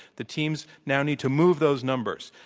the teams now need to move those numbers.